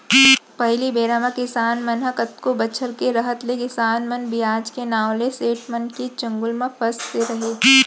पहिली बेरा म किसान मन ह कतको बछर के रहत ले किसान मन बियाज के नांव ले सेठ मन के चंगुल म फँसे रहयँ